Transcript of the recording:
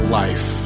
life